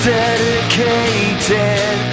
dedicated